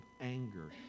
anger